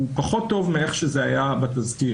הוא פחות טוב מאיך שהוא היה בתזכיר.